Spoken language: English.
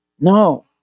No